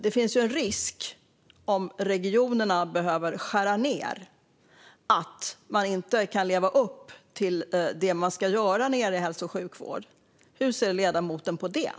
Om regionerna behöver skära ned finns en risk för att man inte kan leva upp till det man ska göra när det gäller hälso och sjukvård. Hur ser ledamoten på detta?